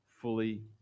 fully